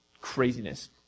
craziness